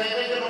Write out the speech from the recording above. חבר הכנסת חסון,